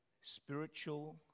spiritual